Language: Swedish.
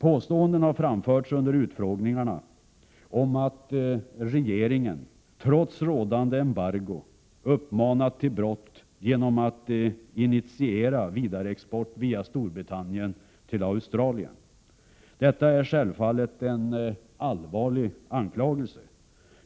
Påståenden har framförts under utfrågningarna om att regeringen trots rådande embargo uppmanat till brott genom att initiera vidareexport via Storbritannien till Australien. Detta är självfallet en allvarlig anklagelse.